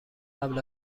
قبل